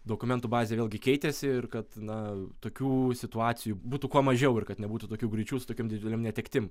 dokumentų bazė vėlgi keitėsi ir kad na tokių situacijų būtų kuo mažiau ir kad nebūtų tokiu greičiu su tokiom dideliom netektim